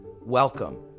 welcome